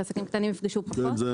כך שעסקים קטנים יפגשו פחות.